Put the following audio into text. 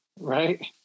Right